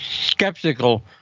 skeptical